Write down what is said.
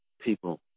People